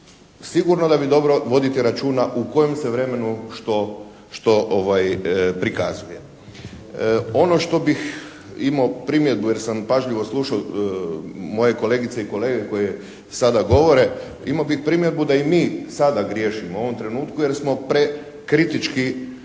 sigurno da vi dobro vodite računa u kojem se vremenu što prikazuje. Ono što bih imao primjedbu jer sam pažljivo slušao moje kolegice i kolege koje sada govore, imao bih primjedbu da i mi sada griješimo u ovom trenutku jer smo prekritički